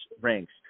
ranks